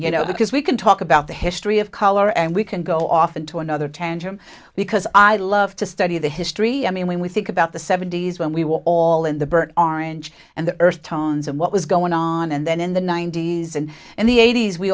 you know because we can talk about the history of color and we can go off into another tantrum because i love to study the history i mean when we think about the seventy's when we were all in the burnt orange and the earth tone what was going on and then in the ninety's and in the eighty's we